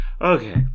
Okay